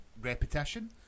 repetition